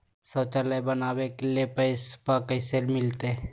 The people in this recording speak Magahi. शौचालय बनावे ले पैसबा कैसे मिलते?